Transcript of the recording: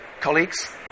colleagues